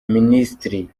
minisitiri